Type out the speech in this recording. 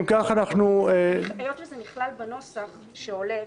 היות וזה נכלל בנוסח שעולה,